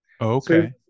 Okay